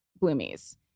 Bloomies